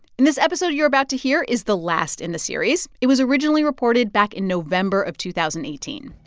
and this episode you're about to hear is the last in the series. it was originally reported back in november of two thousand and eighteen